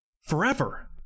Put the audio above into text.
forever